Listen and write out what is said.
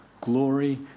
glory